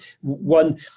one